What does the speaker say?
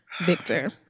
Victor